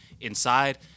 inside